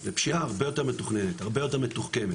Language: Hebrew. זה פשיעה הרבה יותר מתוכננת, הרבה יותר מתוחכמת,